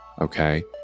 Okay